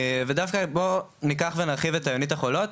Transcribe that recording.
ודווקא בוא ניקח ונרחיב את יונית החולות.